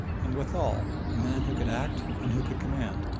and withal a man who could act and who could command.